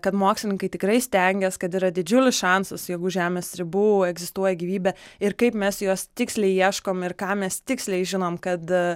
kad mokslininkai tikrai stengias kad yra didžiulis šansas jeigu už žemės ribų egzistuoja gyvybė ir kaip mes jos tiksliai ieškom ir ką mes tiksliai žinom kad